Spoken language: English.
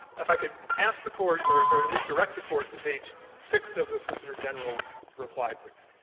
if i could ask the court, or at least direct the court to page six of the solicitor general's reply brief,